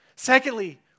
Secondly